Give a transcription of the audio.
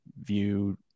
view